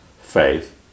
faith